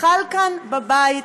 חל כאן בבית,